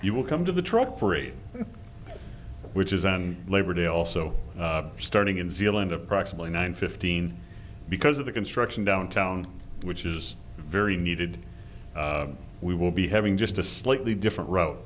you will come to the truck parade which is on labor day also starting in zealand approximately nine fifteen because of the construction downtown which is very needed we will be having just a slightly different ro